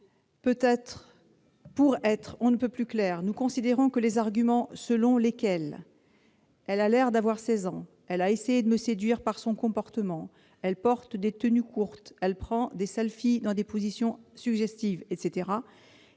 commise. Pour être on ne peut plus clairs, nous considérons que les arguments tels que :« elle a l'air d'avoir seize ans »,« elle a essayé de me séduire par son comportement »,« elle porte des tenues courtes »,« elle prend des dans des positions suggestives », etc.,